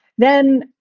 then,